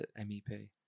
MEP